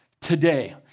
today